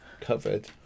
covered